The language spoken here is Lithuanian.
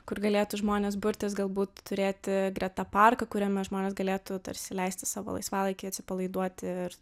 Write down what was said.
kur galėtų žmonės burtis galbūt turėti greta parką kuriame žmonės galėtų tarsi leisti savo laisvalaikį atsipalaiduoti ir